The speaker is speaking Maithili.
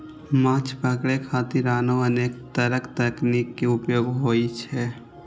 माछ पकड़े खातिर आनो अनेक तरक तकनीक के उपयोग होइ छै